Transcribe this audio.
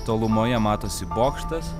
tolumoje matosi bokštas